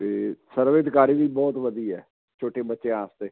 ਅਤੇ ਸਰਵਿਤਕਾਰੀ ਵੀ ਬਹੁਤ ਵਧੀਆ ਛੋਟੇ ਬੱਚਿਆਂ ਵਾਸਤੇ